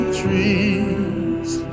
trees